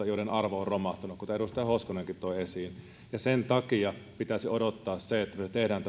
joiden arvo on romahtanut kuten edustaja hoskonenkin toi esiin sen takia pitäisi odottaa sitä että me teemme